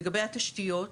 לגבי התשתיות,